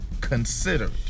considered